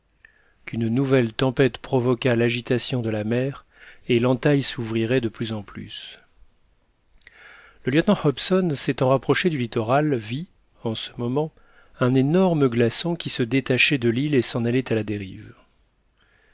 qu'une nouvelle tempête provoquât l'agitation de la mer et l'entaille s'ouvrirait de plus en plus le lieutenant hobson s'étant rapproché du littoral vit en ce moment un énorme glaçon qui se détachait de l'île et s'en allait à la dérive